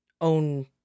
own